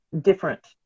different